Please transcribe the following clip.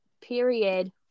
Period